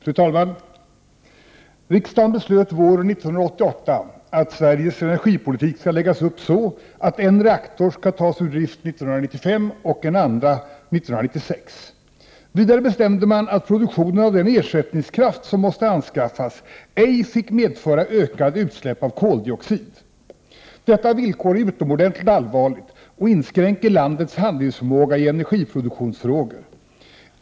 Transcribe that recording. Fru talman! Riksdagen beslöt våren 1988 att Sveriges energipolitik skall läggas upp så, att en reaktor skall tas ur drift 1995 och en andra 1996. Vidare bestämde man att produktionen av den ersättningskraft som måste anskaffas ej fick medföra ökade utsläpp av koldioxid. Detta villkor är utomordentligt allvarligt och inskränker landets handlingsförmåga i energiproduktionsfrågor.